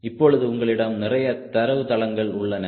இப்பொழுதுஉங்களிடம் நிறைய தரவுத்தளங்கள் உள்ளது